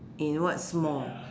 in what small